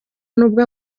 n’ubwo